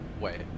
wait